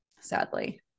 sadly